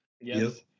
Yes